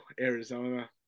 Arizona